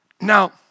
Now